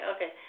Okay